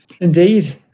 Indeed